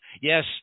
Yes